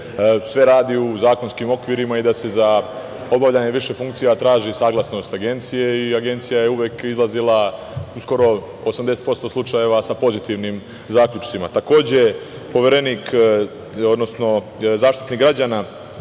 sve radi u zakonskim okvirima i da se za obavljanje više funkcija traži saglasnost Agencije i Agencija je uvek izlazila, u skoro 80% slučajeva sa pozitivnim zaključcima. Takođe, Zaštitnik građana